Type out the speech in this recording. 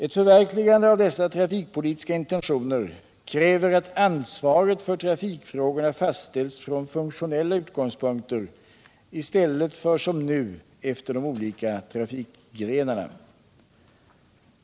Ett förverkligande av dessa trafikpolitiska intentioner kräver att ansvaret för trafikfrågorna fastställs från funktionella utgångspunkter i stället för som nu efter de olika trafikgrenarna.